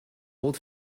old